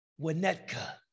Winnetka